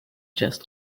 just